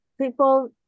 people